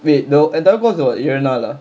wait the entire course or what ஏழு நாளா:yaelu naalaa